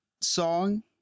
song